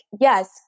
yes